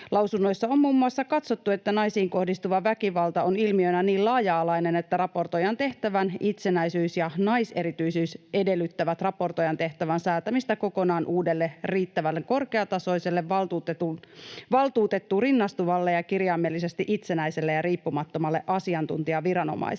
Lausunnoissa on muun muassa katsottu, että naisiin kohdistuva väkivalta on ilmiönä niin laaja-alainen, että raportoijan tehtävän itsenäisyys ja naiserityisyys edellyttävät raportoijan tehtävän säätämistä kokonaan uudelle riittävän korkeatasoiselle, valtuutettuun rinnastuvalle ja kirjaimellisesti itsenäiselle ja riippumattomalle asiantuntijaviranomaiselle.